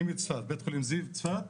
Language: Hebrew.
אני מצפת, בית חולים זיו צפת.